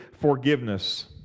forgiveness